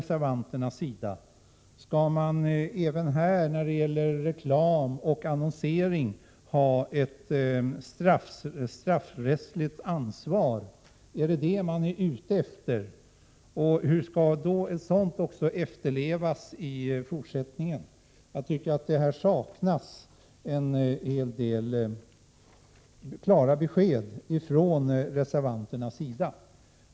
Skall det även när det gäller reklam och annonsering finnas ett straffrättsligt ansvar? Är det vad ni är ute efter? Hur skall i så fall sådana bestämmelser efterlevas i fortsättningen? Det saknas i stor utsträckning klara besked från reservanterna.